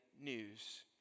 news